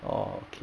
orh okay